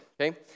okay